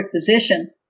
position